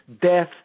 death